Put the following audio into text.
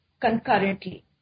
concurrently